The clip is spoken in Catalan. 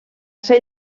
ser